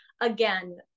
again